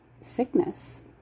sickness